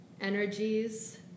energies